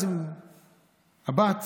אז הבת